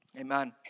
amen